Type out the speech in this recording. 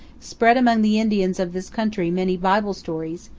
spread among the indians of this country many bible stories,